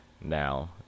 now